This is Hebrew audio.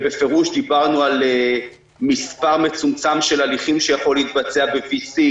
בפירוש דיברנו על מספר מצומצם של הליכים שיכול להתבצע ב-וי-סי,